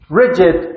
rigid